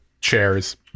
Chairs